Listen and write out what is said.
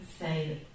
say